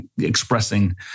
expressing